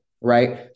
right